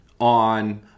on